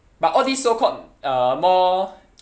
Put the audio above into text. but all this so called uh more